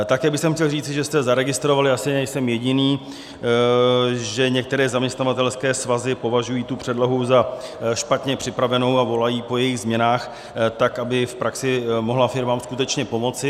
Také bych chtěl říci, že jste zaregistrovali, asi nejsem jediný, že některé zaměstnavatelské svazy považují tu předlohu za špatně připravenou a volají po jejích změnách tak, aby v praxi mohla firmám skutečně pomoci.